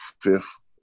fifth